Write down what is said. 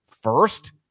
first